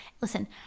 listen